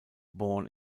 born